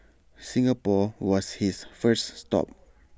Singapore was his first stop